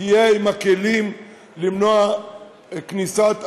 תהיה עם הכלים למנוע כניסת עבריינים,